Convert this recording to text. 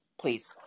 please